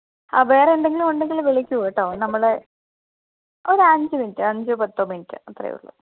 ആഹ് വേറെ എന്തെങ്കിലും ഉണ്ടെങ്കിൽ വിളിക്കു കേട്ടോ നമ്മൾ ഒരു അഞ്ച് മിനിറ്റ് അഞ്ചോ പത്തോ മിനിറ്റ് അത്രെ ഉള്ളൂ